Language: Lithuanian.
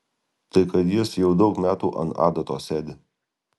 tai kad jis jau daug metų ant adatos sėdi